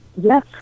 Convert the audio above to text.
Yes